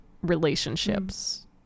relationships